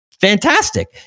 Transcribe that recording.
fantastic